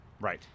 Right